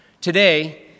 Today